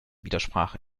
widersprach